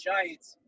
Giants